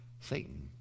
satan